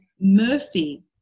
Murphy